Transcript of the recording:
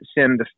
send